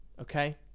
Okay